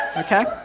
Okay